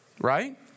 right